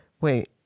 wait